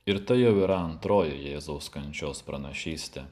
ir tai jau yra antroji jėzaus kančios pranašystė